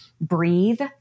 Breathe